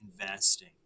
investing